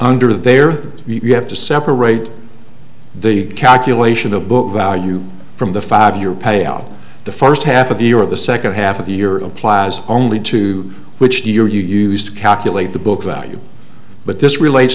under there you have to separate the calculation of book value from the five year payout the first half of the year of the second half of the year applies only to which the year you used to calculate the book value but this relates